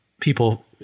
people